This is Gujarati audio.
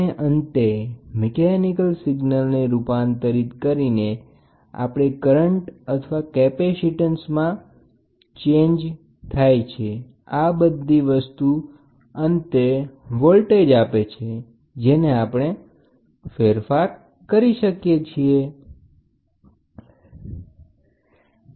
અને અહી મિકેનિકલ સિગ્નલને અવરોધનો ફેરફાર અથવા કેપેસિટન્સનો ફેરફાર સાથે લિંક કરી શકાય છે આ બધી વસ્તુ કર્યા પછી આપણને અંતે વોલ્ટેજ કે કરંટ મળે છે જેને આપણે આઉટપુટ તરીકે વાપરી શકીએ છીએ અને ફેરફાર કરી શકીએ છીએ